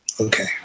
Okay